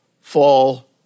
fall